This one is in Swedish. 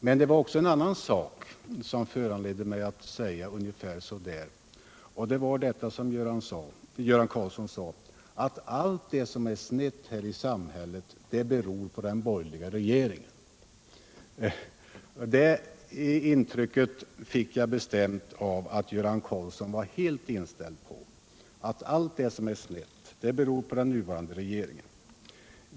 Men också en annan sak föranledde mig att tala om dessa skräckdrömmar, och det var att Göran Karlsson sade att allt som är snett i samhället beror på den borgerliga regeringen — jag fick ett bestämt intryck av att detta är hans inställning.